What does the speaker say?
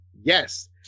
Yes